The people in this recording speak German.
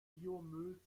biomüll